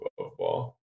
football